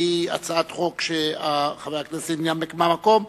שהיא הצעת חוק שחבר הכנסת ינמק מהמקום,